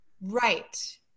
Right